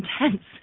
intense